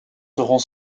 seront